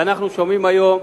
ואנחנו שומעים היום,